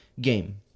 game